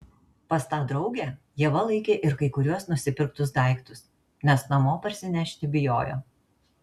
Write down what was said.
pas tą draugę ieva laikė ir kai kuriuos nusipirktus daiktus nes namo parsinešti bijojo